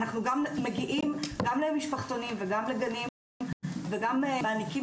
אנחנו גם מגיעים גם למשפחתונים וגם לגנים וגם מעניקים